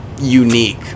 unique